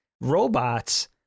robots